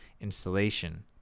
installation